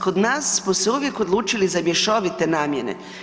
Kod nas smo se uvijek odlučili za mješovite namjene.